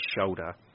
shoulder